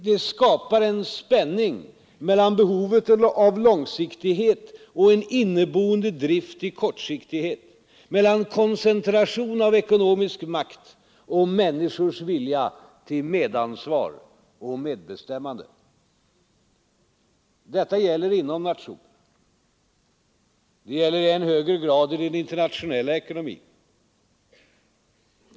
Det skapar en spänning mellan behovet av långsiktighet och en inneboende drift till kortsiktighet, mellan koncentration av ekonomisk makt och människors vilja till medansvar och medbestämmande. Detta gäller inom nationerna. Det gäller i än högre grad i den internationella ekonomin.